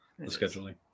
Scheduling